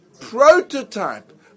prototype